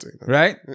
Right